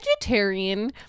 Vegetarian